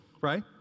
right